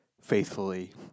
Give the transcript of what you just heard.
faithfully